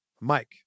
Mike